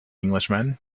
englishman